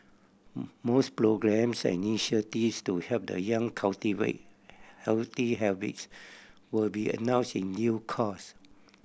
mores programmes and initiatives to help the young cultivate healthy habits will be announced in due course